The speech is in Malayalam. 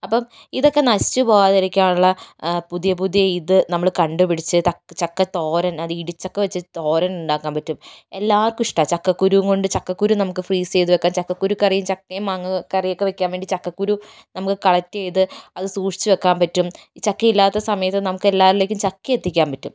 അപ്പം ഇതൊക്കെ നശിച്ച് പോകാതിരിക്കാനുള്ള പുതിയ പുതിയ ഇത് നമ്മൾ കണ്ടുപിടിച്ച് ചക്കത്തോരൻ അത് ഇടിച്ചക്ക വെച്ച് തോരൻ ഉണ്ടാക്കാൻ പറ്റും എല്ലാവർക്കും ഇഷ്ടമാണ് ചക്കക്കുരുവും കൊണ്ട് ചക്കക്കുരു നമുക്ക് ഫ്രീസ് ചെയ്തു വയ്ക്കാം ചക്കക്കുരുക്കറിയും ചക്കയും മാങ്ങ കറിയൊക്കെ വയ്ക്കാൻ വേണ്ടി ചക്കക്കുരു നമുക്ക് കളക്ട് ചെയ്ത് അത് സൂക്ഷിച്ച് വയ്ക്കാൻ പറ്റും ചക്കയില്ലാത്ത സമയത്ത് നമുക്ക് എല്ലാവരിലേയ്ക്കും ചക്കയെത്തിക്കാൻ പറ്റും